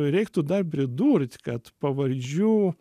reiktų dar pridurt kad pavardžių